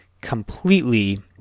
completely